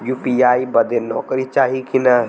UPI बदे नौकरी चाही की ना?